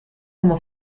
como